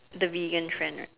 the vegan trend right